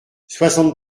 soixante